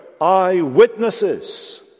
eyewitnesses